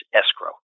escrow